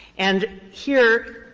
and here,